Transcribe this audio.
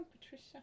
Patricia